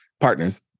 partners